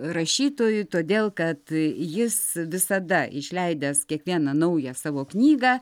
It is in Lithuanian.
rašytojui todėl kad jis visada išleidęs kiekvieną naują savo knygą